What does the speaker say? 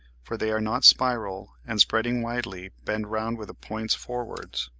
for they are not spiral, and spreading widely, bend round with the points forwards.